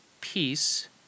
piece